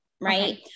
Right